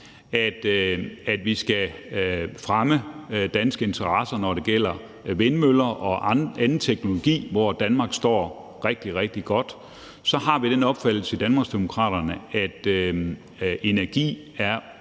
at vi skal fremme danske interesser, når det gælder vindmøller og anden teknologi, hvor Danmark står rigtig, rigtig godt. Så har vi i Danmarksdemokraterne den opfattelse,